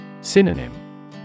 Synonym